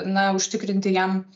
na užtikrinti jam